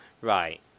Right